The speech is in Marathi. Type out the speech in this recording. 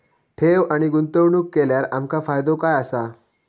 ठेव आणि गुंतवणूक केल्यार आमका फायदो काय आसा?